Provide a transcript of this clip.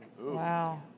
Wow